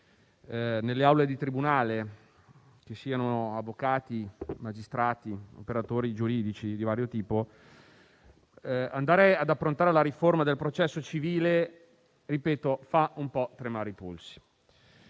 nelle aule di tribunale, infatti, che siano avvocati, magistrati o operatori giuridici di vario tipo, andare ad approntare la riforma del processo civile fa un po' tremare i polsi,